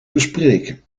bespreken